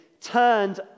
turned